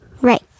Right